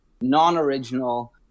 non-original